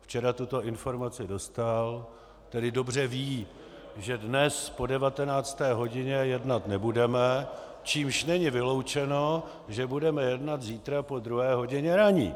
Včera tuto informaci dostal, tedy dobře ví, že dnes po 19. hodině jednat nebudeme, čímž není vyloučeno, že budeme jednat zítra po druhé hodině ranní.